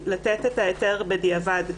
לתת את ההיתר בדיעבד,